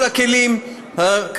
אסור לנו להישאר אדישים,